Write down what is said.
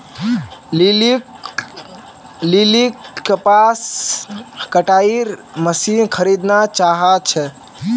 लिलीक कपास कटाईर मशीन खरीदना चाहा छे